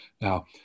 Now